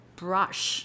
brush